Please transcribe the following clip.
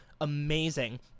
amazing